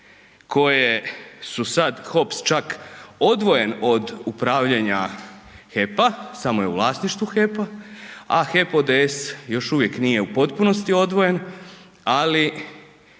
koje su sad, HOP čak odvojen od upravljanja HEP-a, samo je u vlasništvu HEP-a, a HEP ODS još uvijek nije u potpunosti odvojen ali